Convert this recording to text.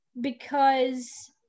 because-